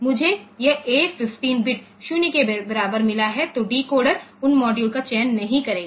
मुझे यह A 15 bit 0 के बराबर मिला है तो डिकोडर उन मॉड्यूल का चयन नहीं करेगा